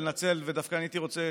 ודווקא הייתי רוצה,